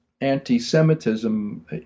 anti-Semitism